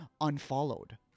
unfollowed